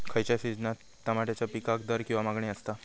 खयच्या सिजनात तमात्याच्या पीकाक दर किंवा मागणी आसता?